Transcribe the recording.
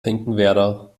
finkenwerder